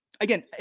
again